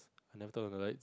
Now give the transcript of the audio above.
I never turn on the light